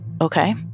Okay